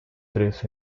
tres